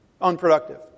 unproductive